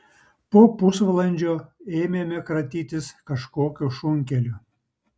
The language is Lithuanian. po pusvalandžio ėmėme kratytis kažkokiu šunkeliu